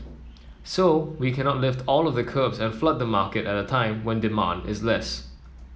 so we cannot lift all of the curbs and flood the market at a time when demand is less